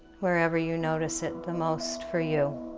wherever you notice it the most for you